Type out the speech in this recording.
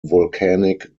volcanic